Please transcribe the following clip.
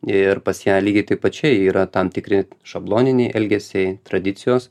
ir pas ją lygiai taip pat čia yra tam tikri šabloniniai elgesiai tradicijos